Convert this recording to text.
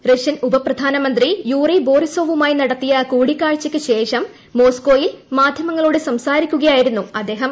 Russian ഉപപ്രധാനമന്ത്രി Yuri ബോറിസോവുമായി നടത്തിയ കൂടിക്കാഴ്ചയ്ക്ക് ശേഷം മോസ്കോയിൽ മാധ്യമങ്ങളോട് സംസാരിക്കുകയായിരുന്നു അദ്ദേഹം